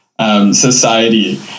society